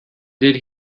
did